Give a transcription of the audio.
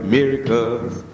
Miracles